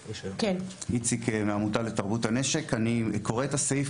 אני קורא את הסעיף,